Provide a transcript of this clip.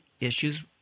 issues